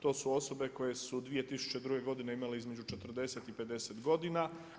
To su osobe koje su 2002. godine imale između 40 i 50 godina.